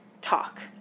talk